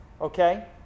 Okay